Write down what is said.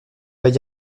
vas